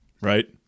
Right